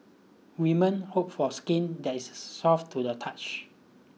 women hope for skin that is soft to the touch